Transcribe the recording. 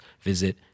visit